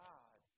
God